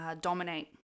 dominate